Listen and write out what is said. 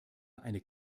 eine